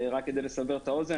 רק כדי לסבר את האוזן